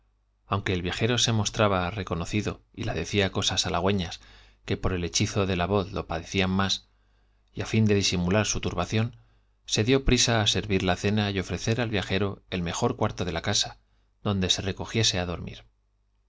aunque el viajero se mostraba reconociel hechizo de do y la decía cosas halagüeñas que por disimular su turba la voz lo parecían más y á fin de dió á servir la cena ofrecer al viajero ción se prisa y de la casa donde se recogiese á dor